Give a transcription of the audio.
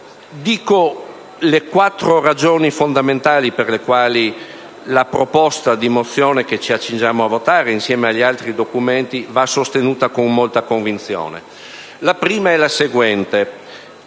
su alcune ragioni fondamentali per le quali la proposta di mozione che ci accingiamo a votare, insieme agli altri documenti, va sostenuta con molta convinzione. La prima ragione è la seguente: